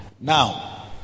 Now